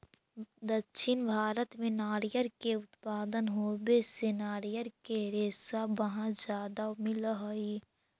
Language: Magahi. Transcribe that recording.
दक्षिण भारत में नारियर के उत्पादन होवे से नारियर के रेशा वहाँ ज्यादा मिलऽ हई